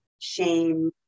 shame